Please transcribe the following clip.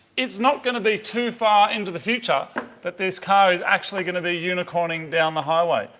it's not gonna be too far into the future that this car is actually going to be unicorning down the highway.